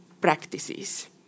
practices